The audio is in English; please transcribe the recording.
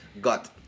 got